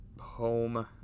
home